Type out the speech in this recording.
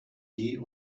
geh